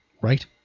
Right